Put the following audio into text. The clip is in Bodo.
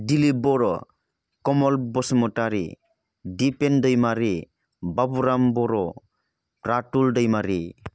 दिलिब बर' कमल बसुमतारी दिपेन दैमारि बाबुराम बर' रातुल दैमारि